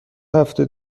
هفته